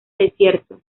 desierto